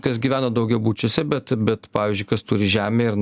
kas gyvena daugiabučiuose bet bet pavyzdžiui kas turi žemę ir